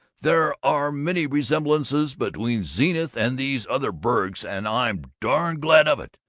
there are many resemblances between zenith and these other burgs, and i'm darn glad of it!